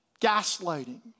gaslighting